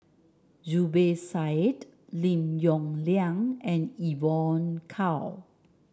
Zubir Said Lim Yong Liang and Evon Kow